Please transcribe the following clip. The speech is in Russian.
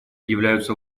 являются